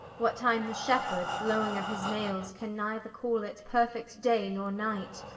what time the shepheard blowing of his nailes, can neither call it perfect day, nor night.